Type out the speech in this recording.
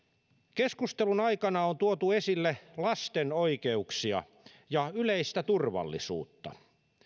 keskustelun aikana on tuotu esille lasten oikeuksia ja yleistä turvallisuutta